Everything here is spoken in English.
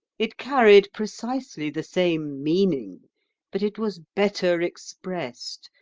it carried precisely the same meaning but it was better expressed,